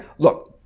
look,